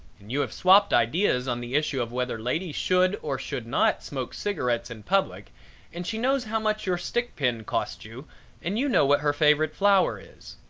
and you have swapped ideas on the issue of whether ladies should or should not smoke cigarettes in public and she knows how much your stick pin cost you and you know what her favorite flower is.